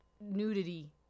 nudity